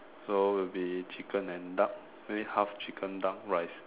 so will be chicken and duck maybe half chicken duck rice